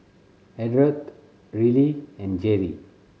Ardath Riley and Jere